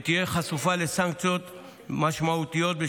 ותהיה חשופה לסנקציות משמעותיות.